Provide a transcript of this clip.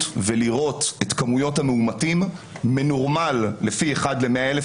ולראות את כמות המאומתים מנורמל לפי אחד ל-100,000.